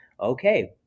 Okay